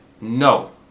No